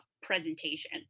presentation